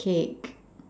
cake